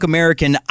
American